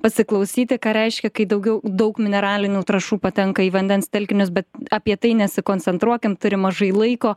pasiklausyti ką reiškia kai daugiau daug mineralinių trąšų patenka į vandens telkinius bet apie tai nesikoncentruokim turi mažai laiko